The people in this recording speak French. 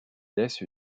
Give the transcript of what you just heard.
laisse